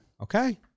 Okay